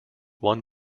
one